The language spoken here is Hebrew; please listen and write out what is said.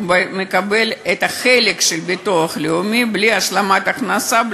הוא כבר מקבל את החלק של ביטוח לאומי בלי השלמת הכנסה,